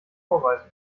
vorweisen